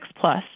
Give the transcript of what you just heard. Plus